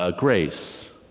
ah grace,